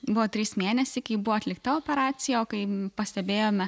buvo trys mėnesiai kai buvo atlikta operacija o kai pastebėjome